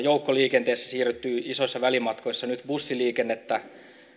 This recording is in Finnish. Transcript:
joukkoliikenteessä siirrytty isoissa välimatkoissa nyt vähän bussiliikennettä